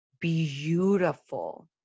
beautiful